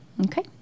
Okay